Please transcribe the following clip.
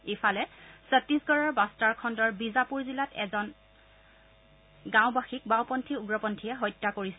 ইফালে ছত্তিশগড়ৰ বাষ্টাৰ খণুৰ বিজাপুৰ জিলাত এজন বাওবাসীক বাওপন্থী উগ্ৰপন্থীয়ে হত্যা কৰিছে